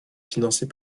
financée